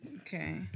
Okay